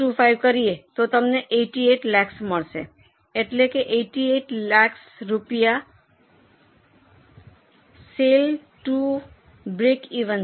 625 કરીયે તો તમને 88 લાખ મળશે એટલે કે 88 લાખ રૂપિયા સેલ ટુઉ બ્રેકિવન છે